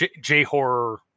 J-horror